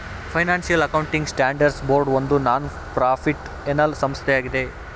financial accounting standard board ಒಂದು non ಪ್ರಾಫಿಟ್ಏನಲ್ ಸಂಸ್ಥೆಯಾಗಿದೆ